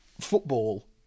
football